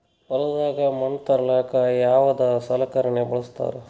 ಹೊಲದಾಗ ಮಣ್ ತರಲಾಕ ಯಾವದ ಸಲಕರಣ ಬಳಸತಾರ?